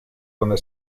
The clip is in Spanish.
donde